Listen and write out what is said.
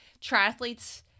triathletes